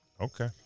Okay